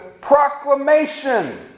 proclamation